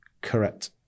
Correct